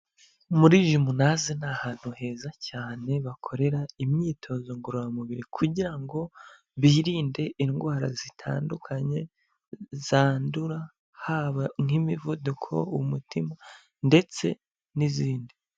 Muri jimunaze ni ahantu heza cyane bakorera imyitozo ngororamubiri kugira ngo, birinde indwara zitandukanye zandura, haba nk'imivuduko, umutima ndetse n'izindi.